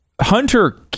Hunter